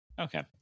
Okay